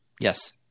Yes